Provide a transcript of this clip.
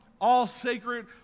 all-sacred